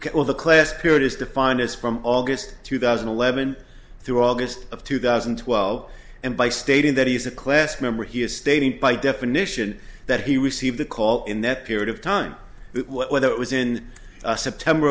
ok well the class period is defined as from august two thousand and eleven through august of two thousand and twelve and by stating that he is a class member he is stating by definition that he received the call in that period of time whether it was in september